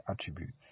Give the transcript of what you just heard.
attributes